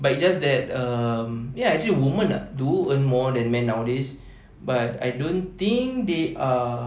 but it's just that um ya actually women ah do earn more than men nowadays but I don't think they are